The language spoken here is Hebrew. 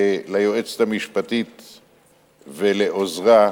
ליועצת המשפטית ולעוזרה,